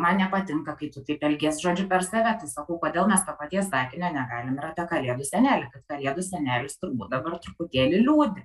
man nepatinka kai tu taip elgies žodžiu per save tai sakau kodėl mes to paties sakinio negalim ir apie kalėdų senelį kad kalėdų senelis turbūt dabar truputėlį liūdi